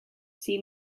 see